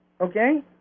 okay